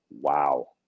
wow